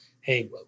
Hey